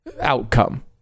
outcome